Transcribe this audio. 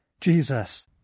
Jesus